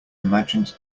imagined